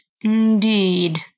Indeed